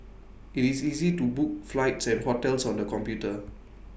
IT is easy to book flights and hotels on the computer